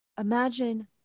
Imagine